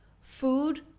Food